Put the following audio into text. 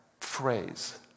phrase